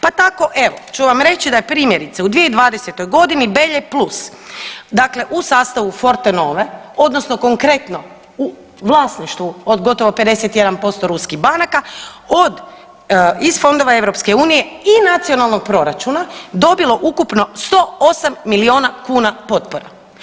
Pa tako evo ću vam reći da je primjerice u 2020. godini Belje plus dakle u sastavu Fortenove odnosno konkretno u vlasništvu od gotovo 51% ruskih banaka, iz fondova EU-a, i nacionalnog proračuna, dobilo ukupno 108 milijuna kuna potpora.